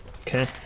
Okay